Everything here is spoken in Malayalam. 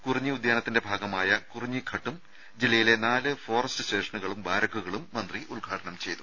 കുറിഞ്ഞി ഉദ്യാനത്തിന്റെ ഭാഗമായ കുറിഞ്ഞിഘട്ടും ജില്ലയിലെ നാല് ഫോറസ്റ്റ് സ്റ്റേഷനുകളും ബാരക്കുകളും മന്ത്രി ഉദ്ഘാടനം ചെയ്തു